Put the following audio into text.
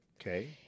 Okay